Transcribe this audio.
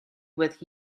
with